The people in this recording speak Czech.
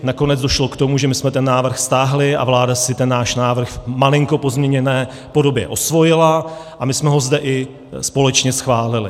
Nakonec došlo k tomu, že jsme ten návrh stáhli a vláda si ten návrh v malinko pozměněné podobě osvojila a my jsme ho zde i společně schválili.